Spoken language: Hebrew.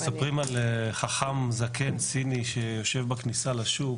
מספרים על חכם זקן ציני שיושב בכניסה לשוק